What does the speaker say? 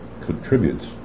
contributes